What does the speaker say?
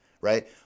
right